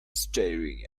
staring